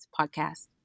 podcast